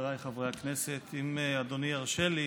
חבריי חברי הכנסת, אם אדוני ירשה לי,